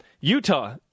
Utah